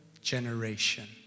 generation